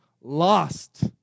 lost